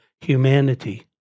humanity